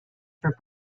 for